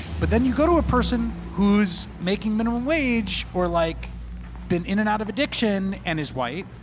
but then you go to a person who's making minimum wage, or like been in and out of addiction, and is white,